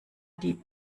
die